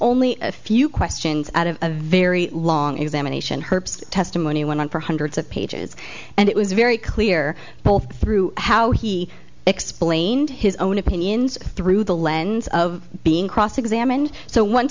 only a few questions out of a very long examination her testimony went on for hundreds of pages and it was very clear both through how he explained his own opinions through the lens of being cross examined so once